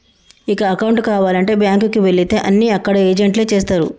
ఇక అకౌంటు కావాలంటే బ్యాంకుకి వెళితే అన్నీ అక్కడ ఏజెంట్లే చేస్తరు